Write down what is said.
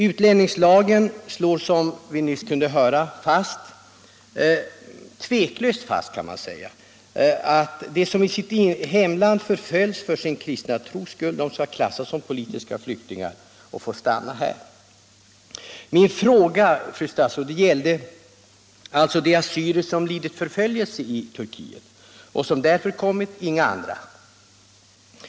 Utlänningslagen slår — som vi nyss kunde konstatera tveklöst fast att de som i sitt hemland förföljs för sin kristna tros skull skall klassas som politiska flyktingar och få stanna här. Min fråga, fru statsrådet, gällde alltså de assyrier som lidit förföljelse i Turkiet och som därför kommit hit — inga andra.